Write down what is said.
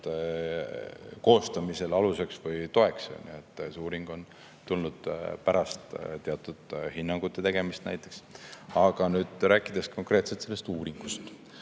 koostamisel aluseks või toeks. See uuring tuli pärast teatud hinnangute tegemist, näiteks. Aga rääkides konkreetselt sellest uuringust,